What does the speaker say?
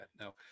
no